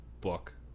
book